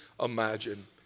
Imagine